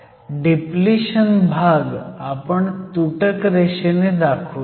depletion भाग आपण तुटक रेषेने दाखवुयात